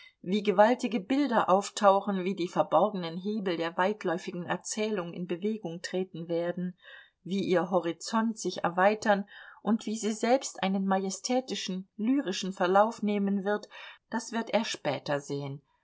wie gewaltige bilder auftauchen wie die verborgenen hebel der weitläufigen erzählung in bewegung treten werden wie ihr horizont sich erweitern und wie sie selbst einen majestätischen lyrischen verlauf nehmen wird das wird er später sehen